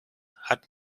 hat